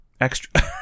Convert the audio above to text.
extra